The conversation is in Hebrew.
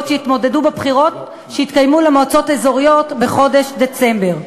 שהתמודדו בבחירות שהתקיימו למועצות אזוריות בחודש דצמבר.